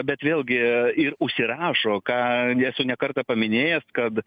bet vėlgi ir užsirašo ką esu ne kartą paminėjęs kad